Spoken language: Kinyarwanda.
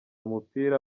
umupira